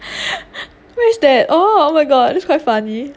where is that orh oh my god that's quite funny